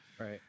Right